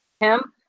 Hemp